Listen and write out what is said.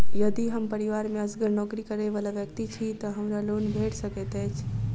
यदि हम परिवार मे असगर नौकरी करै वला व्यक्ति छी तऽ हमरा लोन भेट सकैत अछि?